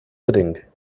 pudding